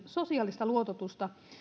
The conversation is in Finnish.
sosiaalista luototusta